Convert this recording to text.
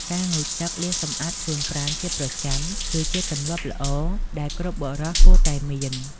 ការងូតទឹក លាងសម្អាតខ្លួនប្រាណជាប្រចាំ គឺជាទម្លាប់ល្អដែលគ្រប់បុរសគួរតែមាន។